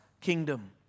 kingdom